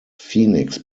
phoenix